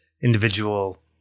individual